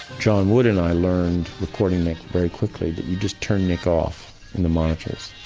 john wood and i learned recording nick very quickly that you just turned nick off in the monitors